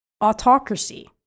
autocracy